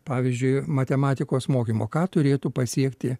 pavyzdžiui matematikos mokymo ką turėtų pasiekti